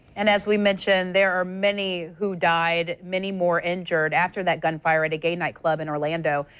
and as we mentioned, there are many who died, many more injured after that gunfire at a gay nightclub in orlando.